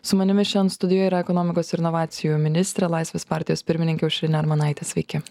su manimi šian studijoje yra ekonomikos ir inovacijų ministrė laisvės partijos pirmininkė aušrinė armonaitė sveiki